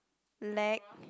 lack